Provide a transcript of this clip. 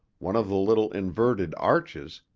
one of the little inverted arches,